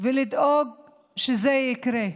ונדאג שזה יקרה.